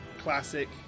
classic